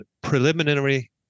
preliminary